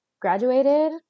graduated